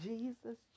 Jesus